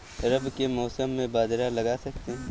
रवि के मौसम में बाजरा लगा सकते हैं?